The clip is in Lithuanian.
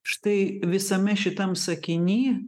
štai visame šitam sakiny